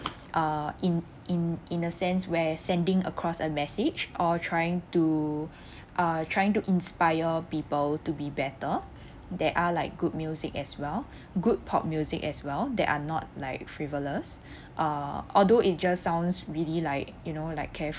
uh in in in a sense where sending across a message or trying to uh trying to inspire people to be better there are like good music as well good pop music as well that are not like frivolous uh although it just sounds really like you know like care~